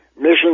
Mission